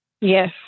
Yes